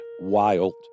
wild